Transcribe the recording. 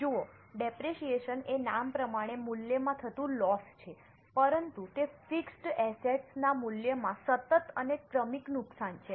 જુઓ ડેપરેશીયેશન એ નામ પ્રમાણે મૂલ્યમાં થતુ લોસ છે પરંતુ તે ફિક્સ્ડ એસેટ્સ ના મૂલ્યમાં સતત અને ક્રમિક નુકશાન છે